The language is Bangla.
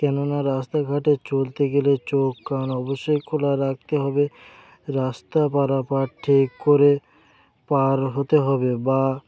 কেননা রাস্তাঘাটে চলতে গেলে চোখ কান অবশ্যই খোলা রাখতে হবে রাস্তা পারাপার ঠিক করে পার হতে হবে বা